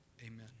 Amen